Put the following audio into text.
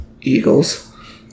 Eagles